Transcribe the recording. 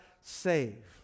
save